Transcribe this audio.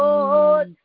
Lord